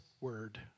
word